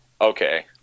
okay